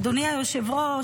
אדוני היושב-ראש,